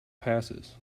passes